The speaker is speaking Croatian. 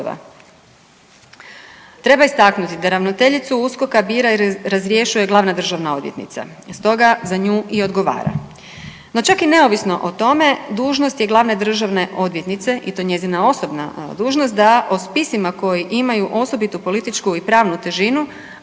Treba istaknuti da ravnateljicu USKOK-a bira i razrješuje glavna državna odvjetnica, stoga za nju i odgovara. No, čak i neovisno o tome dužnost je glavne državne odvjetnice i to je njezina osobna dužnost da o spisima koji imaju osobitu političku i pravnu težinu,